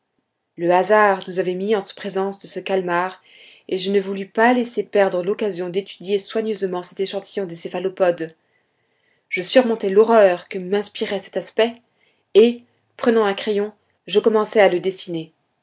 le hasard nous avait mis en présence de ce calmar et je ne voulus pas laisser perdre l'occasion d'étudier soigneusement cet échantillon des céphalopodes je surmontai l'horreur que m'inspirait cet aspect et prenant un crayon je commençai à le dessiner